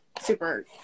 Super